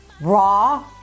Raw